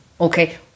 okay